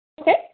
Okay